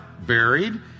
buried